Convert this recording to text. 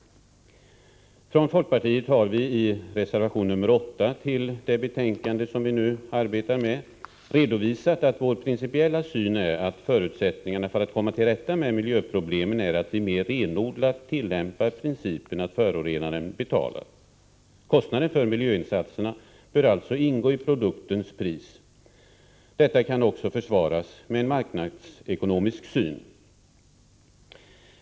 Från folkpartiet har vi i reservation nr 8 till det betänkande vi nu behandlar redovisat att vår principiella syn är att förutsättningarna för att komma till rätta med miljöproblemen är att vi mer renodlat tillämpar principen att förorenaren betalar. Kostnaden för miljöinsatserna bör alltså ingå i produktens pris. Detta kan också försvaras med en marknadsekonomisk syn.